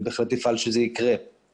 ובהחלט אפעל שזה יקרה.